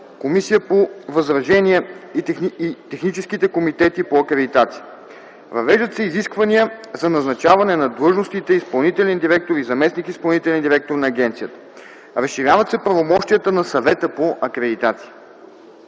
комисия по възражения и техническите комитети по акредитация. Въвеждат се изисквания за назначаване на длъжностите изпълнителен директор и заместник-изпълнителен директор на агенцията. Разширяват се правомощията на Съвета по акредитация.